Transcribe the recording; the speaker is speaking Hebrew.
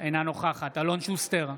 אינה נוכחת אלון שוסטר,